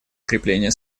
укрепления